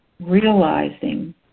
realizing